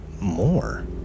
more